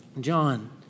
John